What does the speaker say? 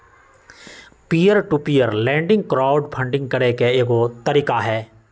peer to peer lending crowd funding करे के एगो तरीका हई